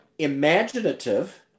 imaginative